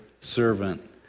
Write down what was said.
servant